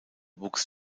wuchs